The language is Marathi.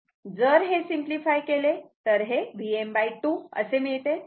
जर हे सिम्पली फाय केले तर हे Vm2 असे मिळते